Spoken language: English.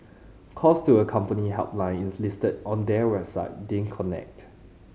calls to a company helpline listed on their website didn't connect